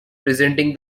presenting